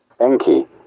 Enki